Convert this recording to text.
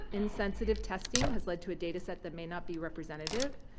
insensitive testing has led to a data set that may not be representative.